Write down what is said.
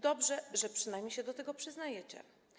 Dobrze, że przynajmniej się do tego przyznajecie.